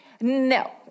No